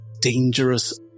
dangerous